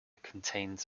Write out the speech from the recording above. contains